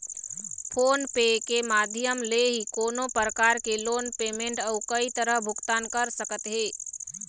phone पे के माधियम ले ही कोनो परकार के लोन पेमेंट अउ कई तरह भुगतान कर सकत हे